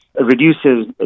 reduces